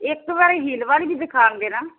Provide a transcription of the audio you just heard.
ਇੱਕ ਵਾਰੀ ਹੀਲ ਵਾਲੀ ਵੀ ਦਿਖਾਓਗੇ ਨਾ